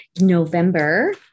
November